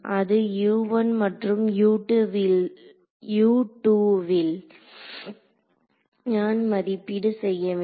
அது மற்றும் ல் நான் மதிப்பீடு செய்யவேண்டும்